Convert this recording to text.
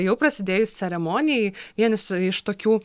jau prasidėjus ceremonijai vienas iš tokių